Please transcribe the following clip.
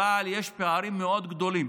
כמובן, אבל יש פערים מאוד גדולים